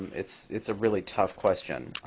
it's it's a really tough question.